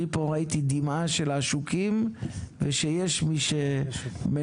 אני ראיתי פה את דמעה של עשוקים ויש מי שמנחם.